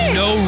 no